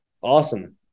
Awesome